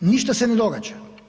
Ništa se ne događa.